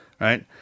right